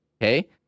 Okay